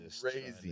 crazy